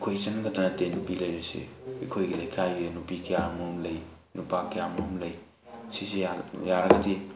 ꯑꯩꯈꯣꯏ ꯏꯆꯟ ꯈꯛꯇ ꯅꯠꯇꯦ ꯅꯨꯄꯤ ꯂꯩꯔꯤꯁꯤ ꯑꯩꯈꯣꯏꯒꯤ ꯂꯩꯀꯥꯏꯒꯤ ꯅꯨꯄꯤ ꯀꯌꯥ ꯃꯔꯣꯝ ꯂꯩ ꯅꯨꯄꯥ ꯀꯌꯥ ꯃꯔꯣꯝ ꯂꯩ ꯁꯤꯁꯤ ꯌꯥꯔꯒꯗꯤ